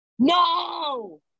no